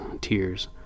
Tears